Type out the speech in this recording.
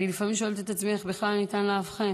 לפעמים אני שואלת את עצמי איך בכלל ניתן לאבחן